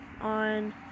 on